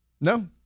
No